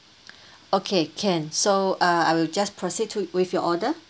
okay can so uh I will just proceed to with your order